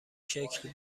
شکل